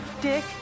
dick